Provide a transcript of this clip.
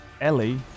Ellie